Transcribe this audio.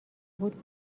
بود